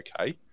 okay